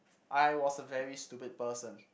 I was a very stupid person